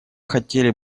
хотели